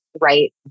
right